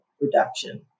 reduction